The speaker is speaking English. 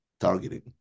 Targeting